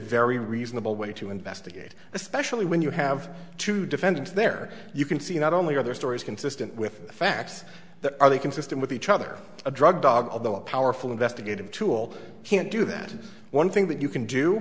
very reasonable way to investigate especially when you have two defendants there you can see not only are their stories consistent with the facts that are they consistent with each other a drug dog although a powerful investigative tool can't do that one thing that you can do